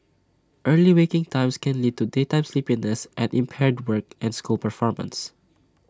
early waking times can lead to daytime sleepiness and impaired work and school performance